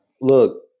look